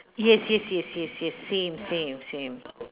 yes yes yes yes yes same same same